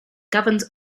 governs